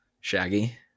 Shaggy